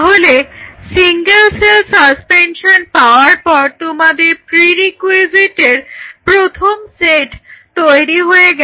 তাহলে single cell suspension পাওয়ার পর তোমাদের pre requisite এর প্রথম সেট তৈরি হয়ে গেল